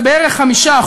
זה בערך 5%,